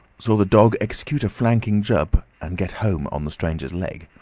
saw the dog execute a flanking jump and get home on the stranger's leg,